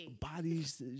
bodies